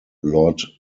lord